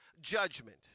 judgment